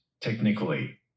Technically